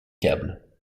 câbles